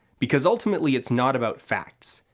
because ultimately it's not about facts,